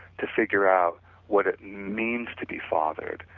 to figure out what it means to be fathered,